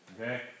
okay